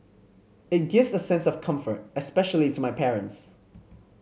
it gives a sense of comfort especially to my parents